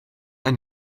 ein